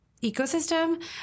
ecosystem